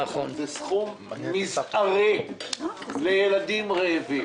זה סכום מזערי לילדים רעבים.